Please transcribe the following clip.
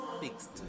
fixed